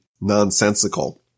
nonsensical